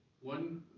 one